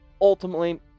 ultimately